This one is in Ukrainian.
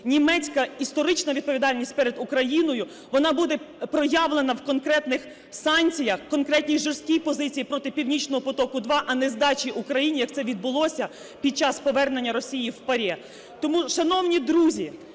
німецька історична відповідальність перед Україною, вона буде проявлена в конкретних санкціях, конкретній жорсткій позиції проти "Північного потоку-2", а не здачі України, як це відбулося під час повернення Росії в ПАРЄ. Тому, шановні друзі,